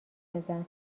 بزن